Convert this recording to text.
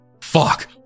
Fuck